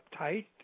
uptight